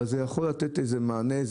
אבל זה יכול לתת איזה מענה,